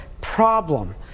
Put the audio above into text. problem